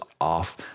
off